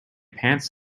pants